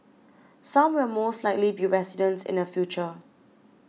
some will most likely be residents in the future